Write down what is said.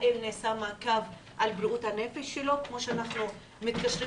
האם נעשה מעקב על בריאות הנפש שלו כמו שאנחנו מתקשרים